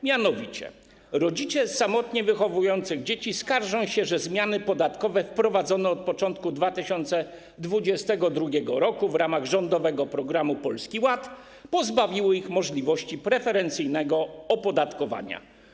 Mianowicie rodzice samotnie wychowujący dzieci skarżą się, że zmiany podatkowe wprowadzone od początku 2022 r. w ramach rządowego programu Polski Ład pozbawiły ich możliwości preferencyjnego opodatkowania.